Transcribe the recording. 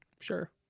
sure